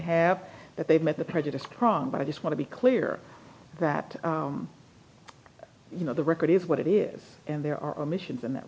have that they've met the prejudiced prong but i just want to be clear that you know the record is what it is and there are missions in that